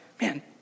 man